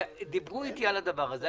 דיברו איתי על הדבר הזה,